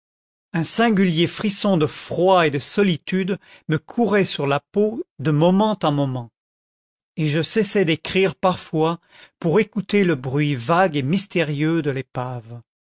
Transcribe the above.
un singulier frisson de froid et de solitude me courait sur la peau de moment en moment et je cessais d'écrire parfois pour écouter le bruit vague et mystérieux de l'épave